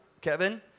Kevin